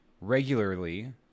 regularly